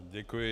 Děkuji.